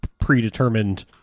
predetermined